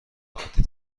عادی